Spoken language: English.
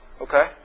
Okay